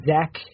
Zach